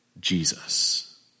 Jesus